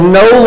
no